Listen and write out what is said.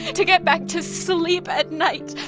to get back to sleep at night,